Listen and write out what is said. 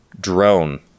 drone